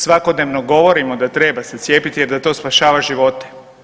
Svakodnevno govorimo da treba se cijepiti jer da to spašava živote.